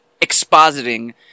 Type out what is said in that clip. expositing